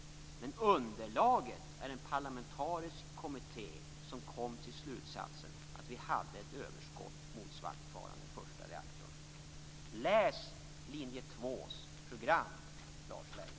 Men underlaget är att en parlamentarisk kommitté kom fram till slutsatsen att vi hade överskott motsvarande den första reaktorn. Läs linje 2:s program, Lars Leijonborg!